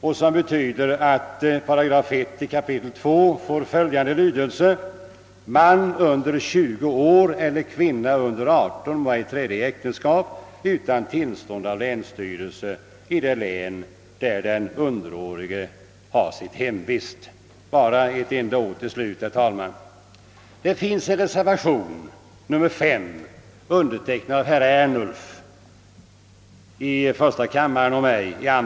Den innebär att 1 § i 2 kap. får följande lydelse: »Man under tjugo år eller kvinna under aderton år må ej träda i äktenskap utan tillstånd av länsstyrelsen i det län, där den underårige har sitt hemvist.» Till sist vill jag bara säga några ord om reservation nr 5 som är undertecknad av herr Ernulf i första kammaren och mig.